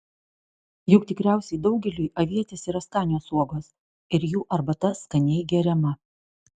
juk tikriausiai daugeliui avietės yra skanios uogos ir jų arbata skaniai geriama